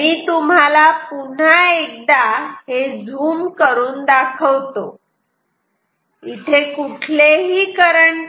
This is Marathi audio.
मी तुम्हाला पुन्हा एकदा हे झूम करून दाखवतो इथे कुठलेही करंट नाही